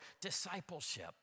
discipleship